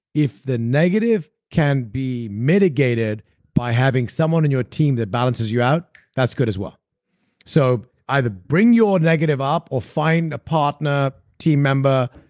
if the negative can be mitigated by having someone in your team that balances you out that's good as well so either bring your negative up or find a partner, team member,